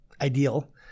ideal